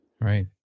Right